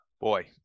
Boy